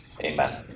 Amen